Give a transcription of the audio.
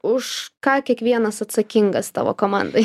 už ką kiekvienas atsakingas tavo komandoj